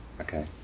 Okay